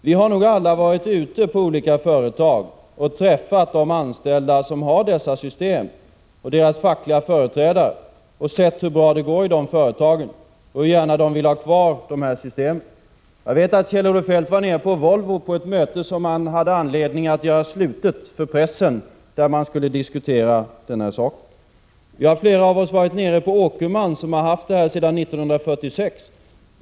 Vi har nog alla varit ute på olika företag och träffat de anställda som har dessa system och deras fackliga företrädare, och vi har sett hur bra det går i de företagen och hur gärna de vill ha kvar de här systemen. Jag vet att Kjell-Olof Feldt var nere på Volvo på ett möte, som han hade anledning att göra slutet för pressen, där man skulle diskutera den här saken. Flera av oss har varit nere på Åkermans, som har haft vinstdelning sedan 1946.